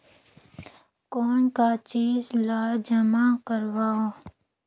कौन का चीज ला जमा करवाओ?